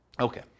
Okay